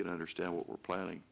can understand what we're planning